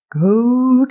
Go